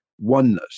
oneness